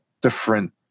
different